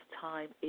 time